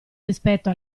rispetto